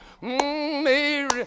Mary